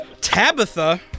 Tabitha